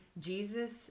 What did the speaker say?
Jesus